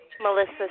Melissa